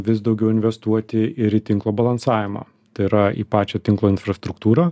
vis daugiau investuoti ir į tinklo balansavimą tai yra į pačią tinklo infrastruktūrą